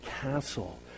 castle